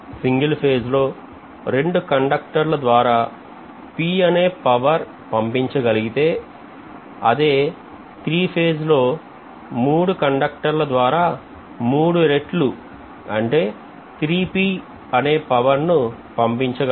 single phase లో 2 కండక్టర్ల ద్వారా P అనే పవర్ పంపించ గలిగితే అదే త్రీ ఫేజ్ లో మూడు కండక్టర్ల ద్వారా 3 రెట్లు 3P అనే పవర్ను పంపించగలరు